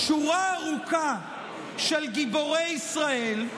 שורה ארוכה של גיבורי ישראל,